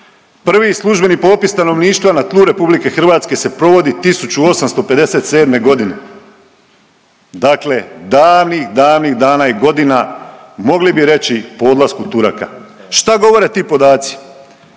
Prvi službeni popis stanovništva na tlu RH se provodi 1857. godine, dakle davnih, davnih dana i godina mogli bi reći po odlasku Turaka. Šta govore ti podaci?